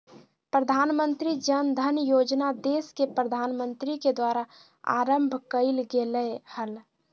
प्रधानमंत्री जन धन योजना देश के प्रधानमंत्री के द्वारा आरंभ कइल गेलय हल